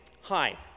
Hi